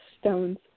stones